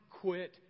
quit